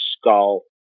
skull